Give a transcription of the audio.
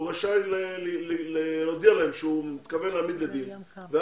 הוא רשאי להודיע להם שהוא מתכוון להעמיד לדין ואז